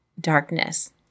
darkness